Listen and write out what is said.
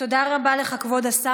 תודה רבה לך, כבוד השר.